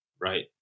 right